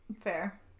Fair